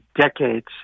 decades